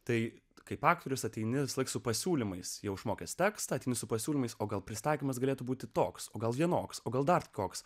tai kaip aktorius ateini visąlaik su pasiūlymais jau išmokęs tekstą su pasiūlymais o gal pristatymas galėtų būti toks gal vienoks o gal dar koks